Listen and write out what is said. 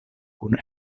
kun